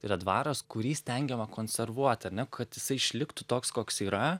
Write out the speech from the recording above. yra dvaras kurį stengiama konservuot ar ne kad jisai išliktų toks koks yra